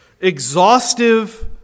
exhaustive